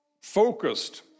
focused